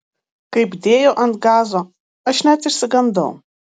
kaip dėjo ant gazo aš net išsigandau